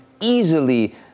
easily